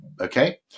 Okay